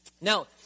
Now